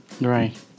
Right